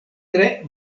tre